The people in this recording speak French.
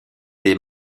des